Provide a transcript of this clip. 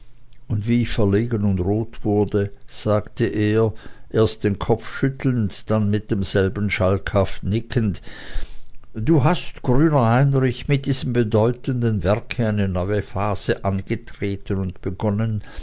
und wie ich verlegen und rot wurde und sagte erst den kopf schüttelnd dann mit demselben schalkhaft nickend du hast grüner heinrich mit diesem bedeutenden werke eine neue phase angetreten und begonnen